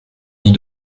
lit